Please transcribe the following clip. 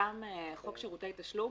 מקודמת הצעת חוק שירותי תשלום,